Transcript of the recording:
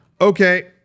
Okay